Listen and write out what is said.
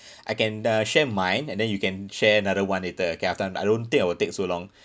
I can uh share mine and then you can share another [one] later K after I don't think I will take so long